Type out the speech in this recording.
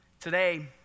Today